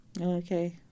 Okay